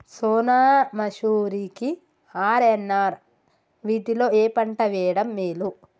సోనా మాషురి కి ఆర్.ఎన్.ఆర్ వీటిలో ఏ పంట వెయ్యడం మేలు?